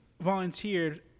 volunteered